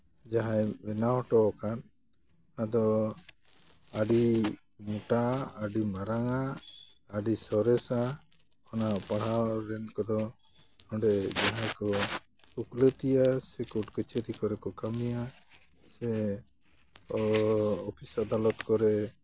ᱡᱟᱦᱟᱸᱭ ᱵᱮᱱᱟᱣ ᱦᱚᱴᱚ ᱟᱠᱟᱫ ᱟᱫᱚ ᱟᱹᱰᱤ ᱢᱳᱴᱟ ᱟᱹᱰᱤ ᱢᱟᱨᱟᱝᱟ ᱟᱹᱰᱤ ᱥᱚᱨᱮᱥᱟ ᱚᱱᱟ ᱯᱟᱲᱦᱟᱣ ᱨᱮᱱ ᱠᱚᱫᱚ ᱚᱸᱰᱮ ᱡᱟᱦᱟᱸᱭ ᱠᱚ ᱠᱩᱠᱞᱤ ᱛᱮᱭᱟᱨ ᱥᱮ ᱠᱳᱨᱴ ᱠᱟᱹᱪᱷᱟᱹᱨᱤ ᱠᱚᱨᱮ ᱠᱚ ᱠᱟᱹᱢᱤᱭᱟ ᱥᱮ ᱚᱯᱷᱤᱥ ᱟᱫᱟᱞᱚᱛ ᱠᱚᱨᱮ